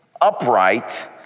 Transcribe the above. upright